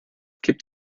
kippt